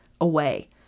away